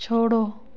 छोड़ो